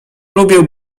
lubię